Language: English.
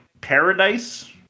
paradise